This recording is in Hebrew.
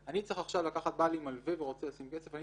אני לא יכול לבוא ולגבות ממנו את הכסף כי אחרי זה הוא יגיד לי: אני